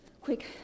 Quick